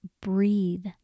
breathe